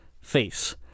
face